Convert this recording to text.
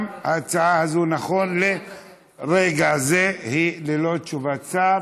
גם ההצעה הזאת, נכון לרגע זה, היא ללא תשובת שר.